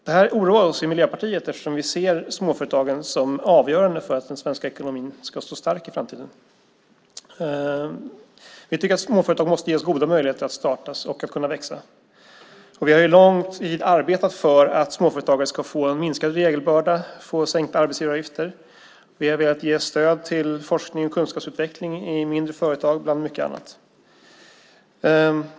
Detta oroar oss i Miljöpartiet eftersom vi ser småföretagen som avgörande för att den svenska ekonomin ska stå stark i framtiden. Vi tycker att småföretag ska ges goda möjligheter för att kunna startas och växa. Vi har länge arbetat för att småföretagare ska få minskad regelbörda och sänkta arbetsgivaravgifter. Vi har velat ge stöd till forskning och kunskapsutveckling i mindre företag bland mycket annat.